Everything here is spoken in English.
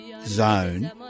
zone